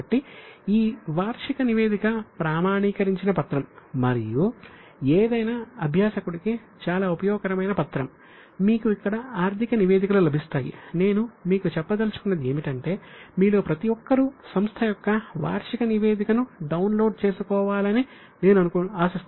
కాబట్టి ఈ వార్షిక నివేదిక ప్రామాణీకరించిన పత్రం మరియు ఏదైనా అభ్యాసకుడికి చాలా ఉపయోగకరమైన పత్రం మీకు ఇక్కడ ఆర్థిక నివేదికలు లభిస్తాయి నేను మీకు చెప్పదలచుకున్నది ఏమిటంటే మీలో ప్రతి ఒక్కరూ సంస్థ యొక్క వార్షిక నివేదికను డౌన్లోడ్ చేసుకోవాలని నేను ఆశిస్తున్నాను